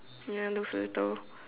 ya I don't feel it though